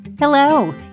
Hello